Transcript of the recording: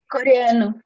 Coreano